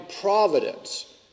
providence